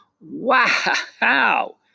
wow